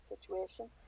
situation